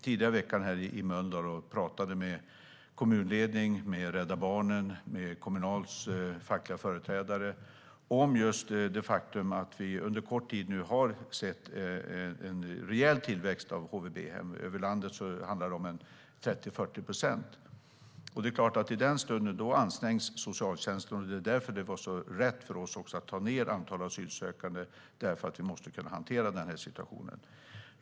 Tidigare i veckan var jag i Mölndal och pratade med kommunledningen, Rädda Barnen och Kommunals fackliga företrädare om just det faktum att vi under kort tid har sett en rejäl tillväxt av HVB-hem. Över landet handlar det om 30-40 procent. Det är klart att socialtjänsten då ansträngs. Det var därför det var rätt av oss att ta ned antalet asylsökande. Vi måste kunna hantera situationen.